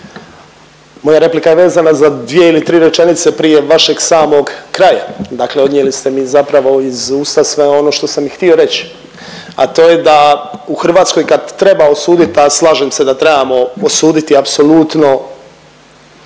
moja replika je vezana za dvije ili tri rečenice prije vašeg samog kraja. Dakle, odnijeli ste mi zapravo iz usta sve ono što sam i htio reći, a to je da u Hrvatskoj kad treba osudit, a slažem se da trebamo osuditi apsolutno